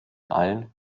allen